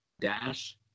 dash